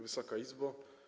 Wysoka Izbo!